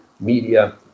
media